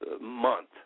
Month